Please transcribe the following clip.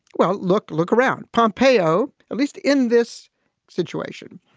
well, look, look around pompeo. at least in this situation,